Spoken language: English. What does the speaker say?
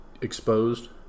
exposed